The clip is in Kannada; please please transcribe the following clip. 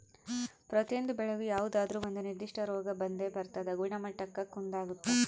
ಪ್ರತಿಯೊಂದು ಬೆಳೆಗೂ ಯಾವುದಾದ್ರೂ ಒಂದು ನಿರ್ಧಿಷ್ಟ ರೋಗ ಬಂದೇ ಬರ್ತದ ಗುಣಮಟ್ಟಕ್ಕ ಕುಂದಾಗುತ್ತ